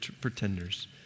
pretenders